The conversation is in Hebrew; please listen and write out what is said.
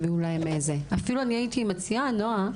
אפילו הייתי מציעה, נועה,